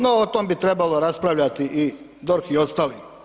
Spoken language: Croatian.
No, o tome bi trebalo raspravljati DORH i ostali.